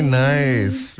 nice